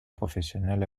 professionnelle